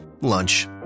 lunch